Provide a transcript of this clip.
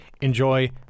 Enjoy